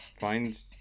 find